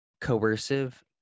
coercive